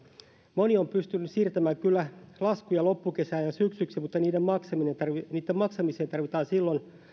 moni on pystynyt siirtämään kyllä laskuja loppukesään ja syksyksi mutta niitten maksamiseen niitten maksamiseen tarvitaan silloin